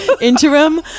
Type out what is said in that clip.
interim